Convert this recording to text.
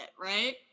right